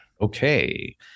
okay